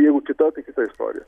jau kita tai kita istorija